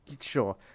Sure